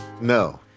No